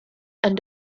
and